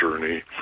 Journey